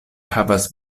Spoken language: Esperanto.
havas